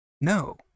No